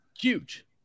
huge